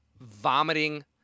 vomiting